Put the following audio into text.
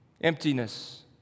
Emptiness